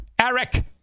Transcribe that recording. Eric